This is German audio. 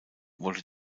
wollte